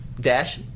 Dash